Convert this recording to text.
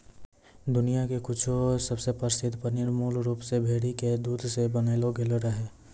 दुनिया के कुछु सबसे प्रसिद्ध पनीर मूल रूप से भेड़ी के दूध से बनैलो गेलो रहै